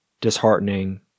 disheartening